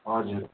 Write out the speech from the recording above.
हजुर